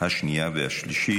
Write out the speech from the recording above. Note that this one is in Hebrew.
שישה בעד, אפס מתנגדים ואפס נמנעים.